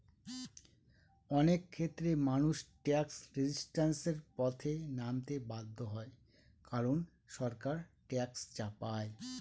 অনেক ক্ষেত্রেই মানুষ ট্যাক্স রেজিস্ট্যান্সের পথে নামতে বাধ্য হয় কারন সরকার ট্যাক্স চাপায়